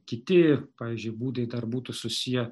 kiti pavyzdžiui būdai dar būtų susiję